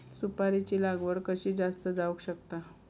सुपारीची लागवड कशी जास्त जावक शकता?